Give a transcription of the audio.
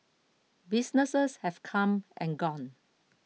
businesses have come and gone